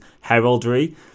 heraldry